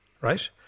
right